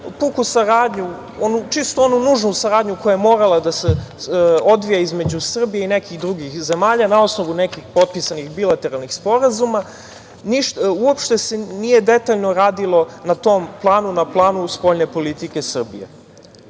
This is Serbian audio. puku saradnju, onu nužnu saradnju koja je morala da se odvija između Srbije i nekih drugih zemalja, na osnovu nekih potpisanih bilateralnih sporazuma. Uopšte se nije detaljno radilo na tom planu, na planu spoljne politike Srbije. Mi